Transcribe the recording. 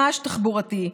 רעש תחבורתי,